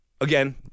Again